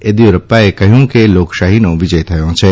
ઘેદીરૂપ્પાએ કહ્યું કે લોકશાહીનો વિજય થયો છે